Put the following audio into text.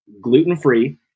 gluten-free